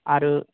आरो